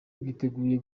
bwiteguye